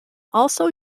also